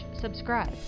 subscribe